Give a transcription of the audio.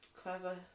clever